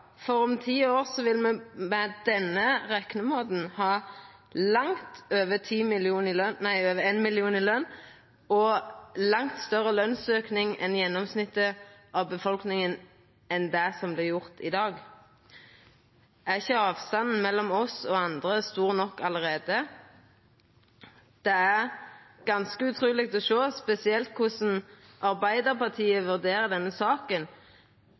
dette om ti år òg? For om ti år vil vi med denne reknemåten ha langt over 1 mill. kr i løn og langt større lønsauke enn det gjennomsnittet av befolkninga har i dag. Er ikkje avstanden mellom oss og andre stor nok allereie? Det er ganske utruleg å sjå spesielt korleis Arbeidarpartiet vurderer denne saka,